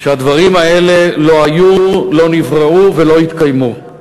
שהדברים האלה לא היו, לא נבראו ולא יתקיימו.